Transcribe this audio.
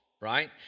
right